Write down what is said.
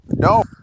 No